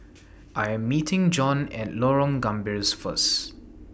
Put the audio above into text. I Am meeting Jon At Lorong Gambir First